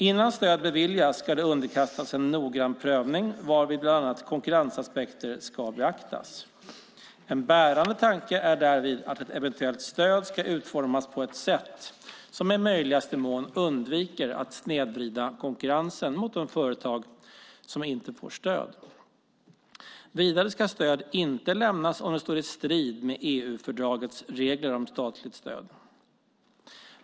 Innan stöd beviljas ska det underkastas en noggrann prövning varvid bland annat konkurrensaspekter ska beaktas. En bärande tanke är därvid att ett eventuellt stöd ska utformas på ett sätt som i möjligaste mån undviker att snedvrida konkurrensen mot de företag som inte får stöd. Vidare ska stöd inte lämnas om det står i strid med EU-fördragets regler om statligt stöd.